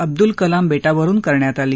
अब्दुल कलाम बेटावरुन करण्यात आली